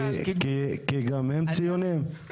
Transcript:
כי גם הם ציונים?